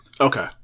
Okay